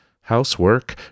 Housework